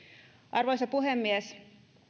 arvoisa puhemies